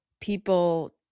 people